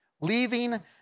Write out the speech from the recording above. Leaving